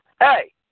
Hey